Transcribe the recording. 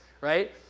right